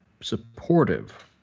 supportive